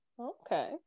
Okay